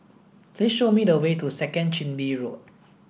please show me the way to Second Chin Bee Road